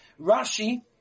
Rashi